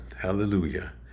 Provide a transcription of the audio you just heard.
Hallelujah